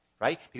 right